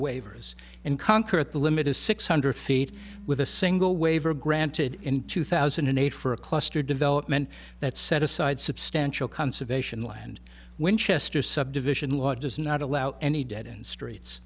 waivers and conquer at the limit is six hundred feet with a single waiver granted in two thousand and eight for a cluster development that set aside substantial conservation land winchester subdivision law does not allow any dead end streets